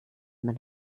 man